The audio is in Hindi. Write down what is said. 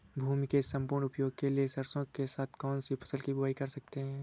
भूमि के सम्पूर्ण उपयोग के लिए सरसो के साथ कौन सी फसल की बुआई कर सकते हैं?